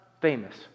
famous